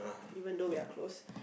even though we are close